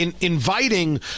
inviting